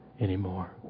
anymore